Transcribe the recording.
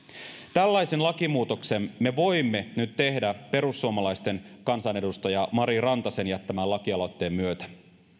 tällaisen lakimuutoksen me voimme nyt tehdä perussuomalaisten kansanedustaja mari rantasen jättämän lakialoitteen myötä